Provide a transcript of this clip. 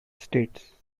states